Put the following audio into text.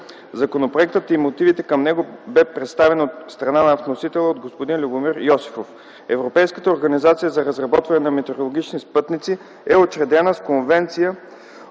Законопроектът и мотивите към него бяха представени от страна на вносителя от господин Любомир Йосифов. Европейската организация за разработване на метеорологични спътници е учредена с конвенция